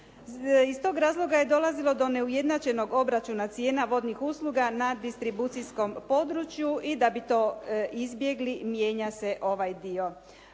Iz tog razloga je dolazilo do neujednačenog obračuna cijena vodnih usluga na distribucijskom području i da bi to izbjegli mijenja se ovaj dio.